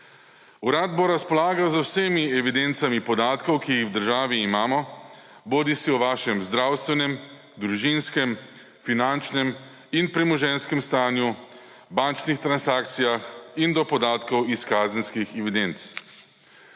Urad bo razpolagal z vsemi evidencami podatkov, ki jih v državi imamo, bodisi o vašem zdravstvenem, družinskem, finančnem in premoženjskem stanju, bančnih transakcijah, in s podatki iz kazenskih evidenc.